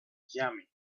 yummy